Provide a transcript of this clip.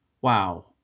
Wow